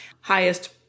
highest